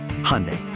Hyundai